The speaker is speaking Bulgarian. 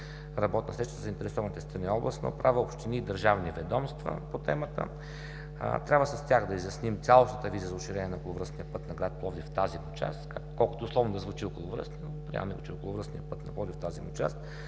темата със заинтересованите страни – областна управа, общини и държавни ведомства. Трябва с тях да изясним цялостната визия за уширение на околовръстния път на град Пловдив в тази му част. Колкото и условно да звучи „околовръстно“, приемаме, че е околовръстният път на Пловдив в тази му част